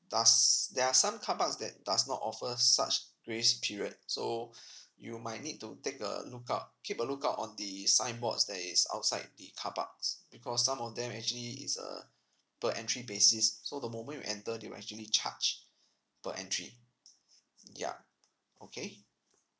does there are some car parks that does not offers such grace period so you might need to take a lookout keep a lookout on the signboards that is outside the car parks because some of them actually is err per entry basis so the moment you enter they will actually charge per entry ya okay